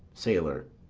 sailor.